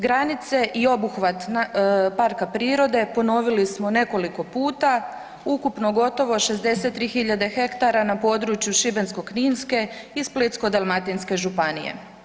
Granice i obuhvat parka prirode ponovili smo nekoliko puta, ukupno gotovo 63 000 ha na području Šibensko-kninske i Splitsko-dalmatinske županije.